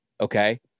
okay